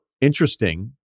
interesting